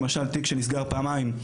למשל תיק שנזרק פעמיים,